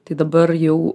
tai dabar jau